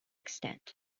extent